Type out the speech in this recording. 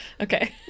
Okay